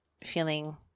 feeling